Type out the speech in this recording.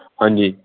ਹਾਂਜੀ